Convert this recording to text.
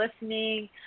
listening